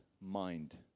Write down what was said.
mind